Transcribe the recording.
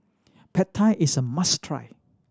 Pad Thai is a must try